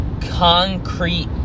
concrete